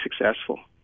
successful